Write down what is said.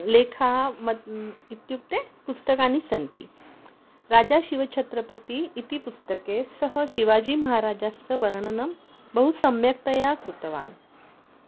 लेखाः मत् इत्युक्ते पुस्तकानि सन्ति राजाशिवछत्रपति इति पुस्तके सः शिवाजीमहाराजस्य वर्णनं बहु सम्यक्तया कृतवान्